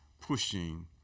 pushing